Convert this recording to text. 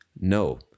No